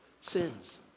sins